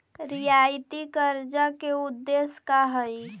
रियायती कर्जा के उदेश्य का हई?